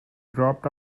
dropped